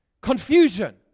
Confusion